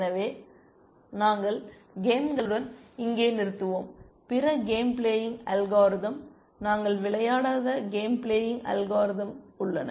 எனவே நாங்கள் கேம்களுடன் இங்கே நிறுத்துவோம் பிற கேம் பிளேயிங் அல்காரிதம் நாங்கள் விளையாடாத கேம் பிளேயிங் அல்காரிதம் உள்ளன